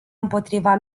împotriva